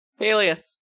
Alias